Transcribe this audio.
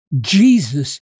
Jesus